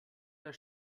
der